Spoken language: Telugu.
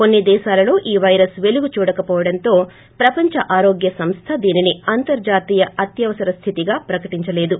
కొన్ని దేశాలలో ఈ పైరస్ పెలుగు చూడక పోవడంతో ప్రపంచ ఆరోగ్య సంస్ల దీనిని అంతర్జాతీయ అత్యవసరస్దితి గా ప్రకటించ లేదు